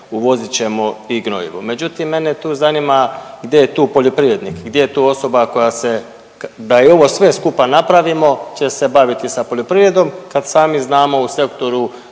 uvozit ćemo i gnojivo. Međutim, mene tu zanima gdje je tu poljoprivrednik, gdje je tu osoba koja se da i ovo sve skupa napravimo će se baviti sa poljoprivredom kad sami znamo u sektoru